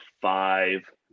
five